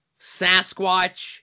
Sasquatch